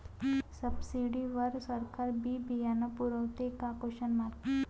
Subsidy वर सरकार बी बियानं पुरवते का?